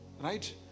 Right